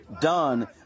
done